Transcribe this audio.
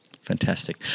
Fantastic